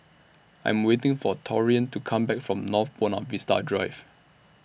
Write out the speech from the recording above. I Am waiting For Taurean to Come Back from North Buona Vista Drive